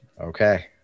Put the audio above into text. Okay